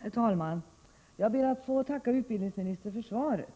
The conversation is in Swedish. Herr talman! Jag ber att få tacka utbildningsministern för svaret.